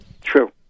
True